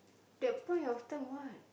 that point of time what